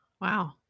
wow